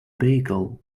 beagle